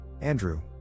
Andrew